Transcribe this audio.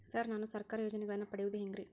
Sir ನಾನು ಸರ್ಕಾರ ಯೋಜೆನೆಗಳನ್ನು ಪಡೆಯುವುದು ಹೆಂಗ್ರಿ?